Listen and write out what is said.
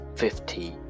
fifty